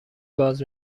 باز